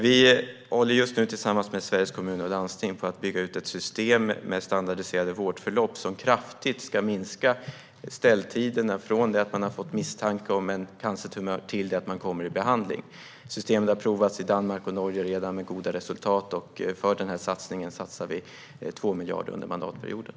Vi håller just nu tillsammans med Sveriges kommuner och landsting på att bygga ut ett system med standardiserade vårdförlopp som kraftigt ska minska ställtiderna från det att man har fått misstanke om en cancertumör till dess man kommer i behandling. Systemet har redan provats i Danmark och Norge med goda resultat. För denna satsning tillför vi 2 miljarder under mandatperioden.